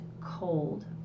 cold